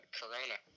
corona